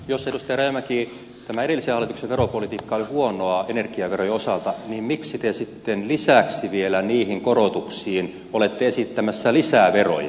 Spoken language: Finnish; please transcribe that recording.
jos edustaja rajamäki tämä edellisen hallituksen veropolitiikka oli huonoa energiaverojen osalta niin miksi te sitten vielä niihin korotuksiin olette esittämässä lisää veroja